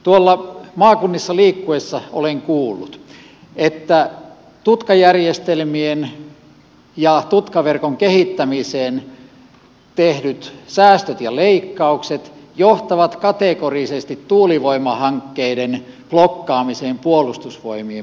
tuolla maakunnissa liikkuessa olen kuullut että tutkajärjestelmien ja tutkaverkon kehittämiseen tehdyt säästöt ja leikkaukset johtavat kategorisesti tuulivoimahankkeiden blokkaamiseen puolustusvoimien puolelta